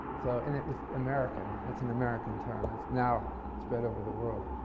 so and it was american. that's an american term that's now spread over the world.